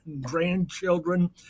grandchildren